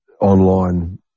online